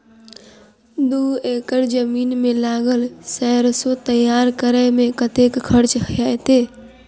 दू एकड़ जमीन मे लागल सैरसो तैयार करै मे कतेक खर्च हेतै?